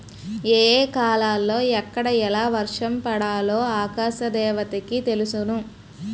ఏ ఏ కాలాలలో ఎక్కడ ఎలా వర్షం పడాలో ఆకాశ దేవతకి తెలుసును